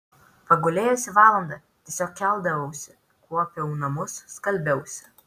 pagulėjusi valandą tiesiog keldavausi kuopiau namus skalbiausi